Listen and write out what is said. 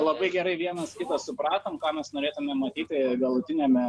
labai gerai vienas kitą supratom ką mes norėtumėm matyti galutiniame